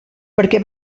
perquè